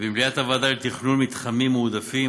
במליאת הוועדה לתכנון מתחמים מועדפים,